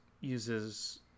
uses